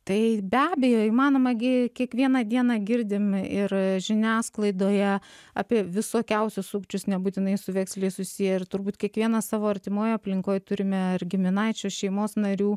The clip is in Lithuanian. tai be abejo įmanoma gi kiekvieną dieną girdim ir žiniasklaidoje apie visokiausius sukčius nebūtinai su vekseliais susiję ir turbūt kiekvienas savo artimoje aplinkoj turime ar giminaičių šeimos narių